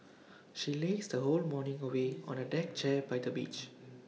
she lazed her whole morning away on A deck chair by the beach